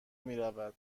میروید